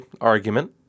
argument